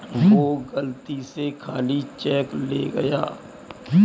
वो गलती से खाली चेक ले गया